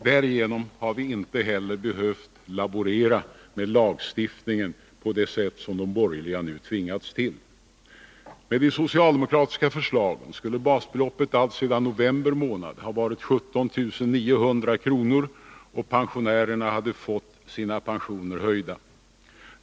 Därigenom har vi inte heller behövt laborera med lagstiftningen På 10 december 1981 det sätt som de borgerliga nu tvingats till. Med de socialdemokratiska förslagen skulle basbeloppet alltsedan november månad ha varit 17 900 kr., och pensionärerna hade fått sina pensioner höjda.